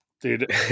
dude